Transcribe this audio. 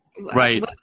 right